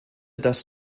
das